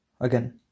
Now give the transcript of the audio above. Again